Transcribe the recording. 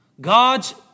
God's